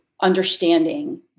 understanding